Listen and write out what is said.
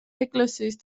ეკლესიის